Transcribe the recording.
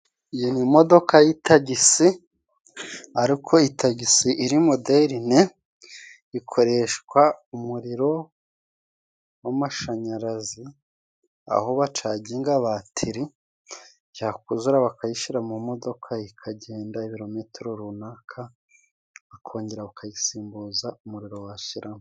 Iyi ni imodokadoka y'itagisi, ariko itagisi iri moderine, ikoreshwa umuriro w'amashanyarazi, aho bacaginga batiri, yakuzura bakayishira mu modoka ikagenda ibirometero runaka, bakongera bakayisimbuza umuriro washiramo.